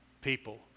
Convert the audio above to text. people